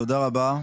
תודה רבה.